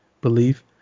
belief